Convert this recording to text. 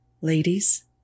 ladies